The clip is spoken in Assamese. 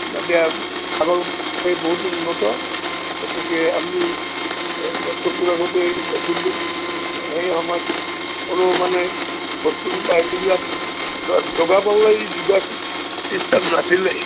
এতিয়া আগতকৈ বহুত উন্নত গতিকে আমি চকুুৰ আগতেই দেখিলোঁ সেই সময়ত মানে বস্তু বাহিনীবিলাক দগা পাল্লাই জোখাৰ ছিষ্টেম নাছিলেই